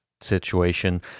situation